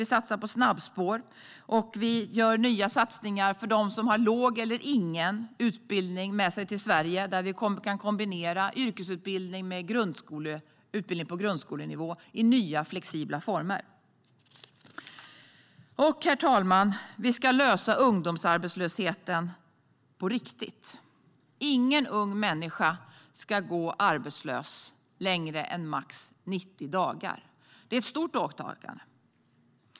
Vi satsar på snabbspår, och vi gör nya satsningar för dem som har låg eller ingen utbildning med sig till Sverige där yrkesutbildning och utbildning på grundskolenivå kan kombineras i nya flexibla former. Herr talman! Vi ska lösa ungdomsarbetslösheten på riktigt. Ingen ung människa ska gå arbetslös längre än max 90 dagar. Det är ett stort åtagande.